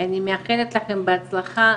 אני מאחלת לכם בהצלחה,